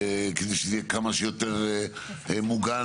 כדי שזה יהיה כמה שיותר מוגן,